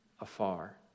afar